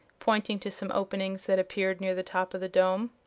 pointing to some openings that appeared near the top of the dome.